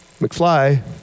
McFly